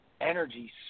energy